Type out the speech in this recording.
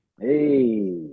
Hey